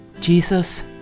Jesus